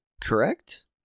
correct